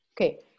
okay